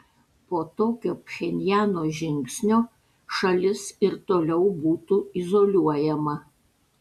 po tokio pchenjano žingsnio šalis ir toliau būtų izoliuojama